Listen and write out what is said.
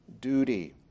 duty